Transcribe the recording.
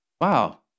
wow